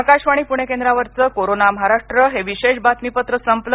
आकाशवाणी प्रणे केंद्रावरचं कोरोना महाराष्ट्र हे विशेष बातमीपत्र संपलं